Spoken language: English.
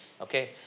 okay